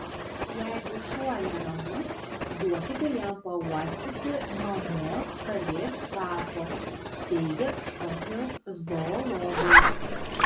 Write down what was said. jeigu šuo neramus duokite jam pauostyti mamos kalės kvapo teigia škotijos zoologai